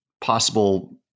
possible